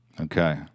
Okay